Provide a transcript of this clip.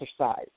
exercise